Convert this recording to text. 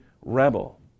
rebel